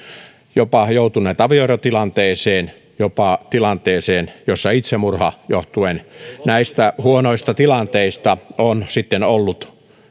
jopa joutuneet avioerotilanteeseen jopa tilanteeseen jossa itsemurha johtuen näistä huonoista tilanteista on sitten ollut